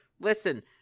listen